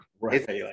right